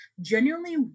genuinely